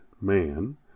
man